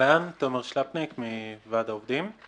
אני מוועד העובדים.